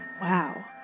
Wow